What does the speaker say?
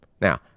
Now